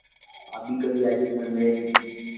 आप भी कभी आइए सर मेरे